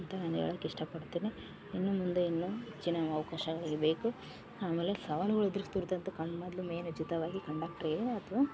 ಅಂತ ನಾ ಹೇಳಕ್ ಇಷ್ಟ ಪಡ್ತೀನಿ ಇನ್ನು ಮುಂದೆ ಇನ್ನು ಚೆನ್ನಾಗ್ ಅವಕಾಶಗಳಿಗೆ ಬೇಕು ಆಮೇಲೆ ಸವಾಲುಗಳು ಎದುರಿಸ್ತಿರ್ತಂಥ ಕಣ್ ಮೊದ್ಲು ಮೇನ್ ಉಚಿತವಾಗಿ ಕಂಡಕ್ಟ್ರಿಗೆ ಅಥ್ವ